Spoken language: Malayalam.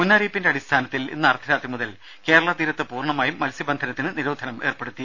മുന്നറിയിപ്പിന്റെ അടിസ്ഥാനത്തിൽ ഇന്ന് അർധരാത്രി മുതൽ കേരള തീരത്ത് പൂർണമായും മത്സ്യബന്ധനത്തിന് നിരോധനം ഏർപ്പെടുത്തി